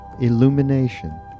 illumination